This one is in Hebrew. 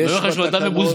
אני אומר לך שהוא אדם מבוזבז,